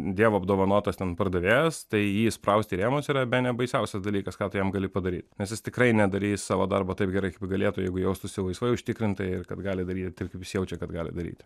dievo apdovanotas ten pardavėjas tai jį įsprausti į rėmus yra bene baisiausias dalykas ką tu jam gali padaryti nes jis tikrai nedarys savo darbo taip gerai kaip galėtų jeigu jaustųsi laisvai užtikrintai ir kad gali daryti taip kaip jis jaučia kad gali daryti